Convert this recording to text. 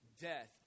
death